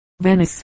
Venice